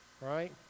right